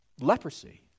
leprosy